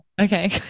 okay